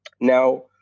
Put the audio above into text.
Now